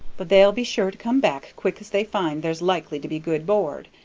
but they'll be sure to come back quick as they find there's likely to be good board.